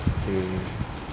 mm